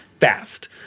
fast